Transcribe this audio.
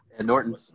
norton